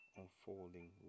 unfolding